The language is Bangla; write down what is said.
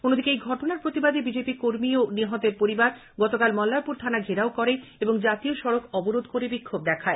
অন্যদিকে এই ঘটনার প্রতিবাদে বিজেপি কর্মী ও নিহতের পরিবার গতকাল মল্লারপুর থানা ঘেরাও করে এবং জাতীয় সড়ক অবরোধ করে বিক্ষোভ দেখায়